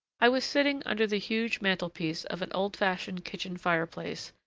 i was sitting under the huge mantel-piece of an old-fashioned kitchen fire-place,